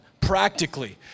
practically